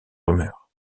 rumeurs